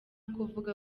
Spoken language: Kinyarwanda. kuvuga